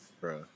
Bro